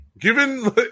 given